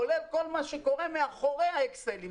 כולל כל מה שקורה מאחורי האקסלים.